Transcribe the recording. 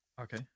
okay